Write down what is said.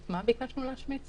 את מה ביקשנו להשמיט?